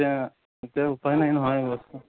এতিয়া এতিয়া এতিয়া উপায় নাই নহয়